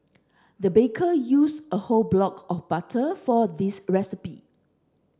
the baker use a whole block of butter for this recipe